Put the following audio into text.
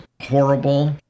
horrible